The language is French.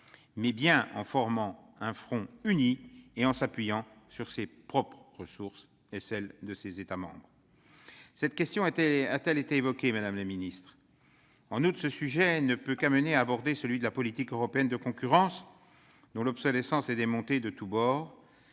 parvenir qu'en formant un front uni et « en s'appuyant sur ses propres ressources et sur celles des États membres ». Cette question a-t-elle été évoquée, madame la secrétaire d'État ? En outre, ce sujet ne peut que m'amener à aborder celui de la politique européenne de concurrence dont l'obsolescence est dénoncée de tous bords,